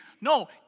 no